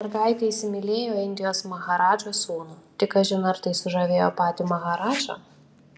mergaitė įsimylėjo indijos maharadžos sūnų tik kažin ar tai sužavėjo patį maharadžą